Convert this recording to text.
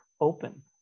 open